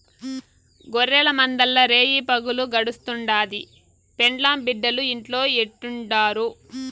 గొర్రెల మందల్ల రేయిపగులు గడుస్తుండాది, పెండ్లాం బిడ్డలు ఇంట్లో ఎట్టుండారో